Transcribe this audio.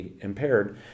impaired